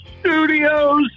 Studios